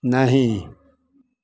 नहि